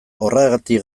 horregatik